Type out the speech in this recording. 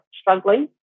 struggling